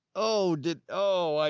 oh, did, oh, i,